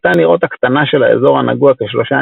ניתן לראות הקטנה של האזור הנגוע כשלושה